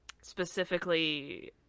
Specifically